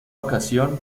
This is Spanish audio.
ocasión